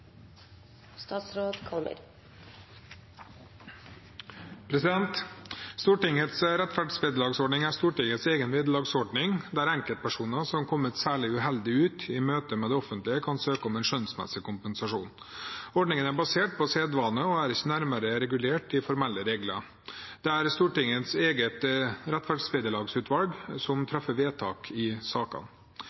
Stortingets egen vederlagsordning, der enkeltpersoner som har kommet særlig uheldig ut i møte med det offentlige, kan søke om en skjønnsmessig kompensasjon. Ordningen er basert på sedvane og er ikke nærmere regulert i formelle regler. Det er Stortingets eget rettferdsvederlagsutvalg som treffer vedtak i